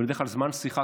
אבל בדרך כלל זמן שיחה,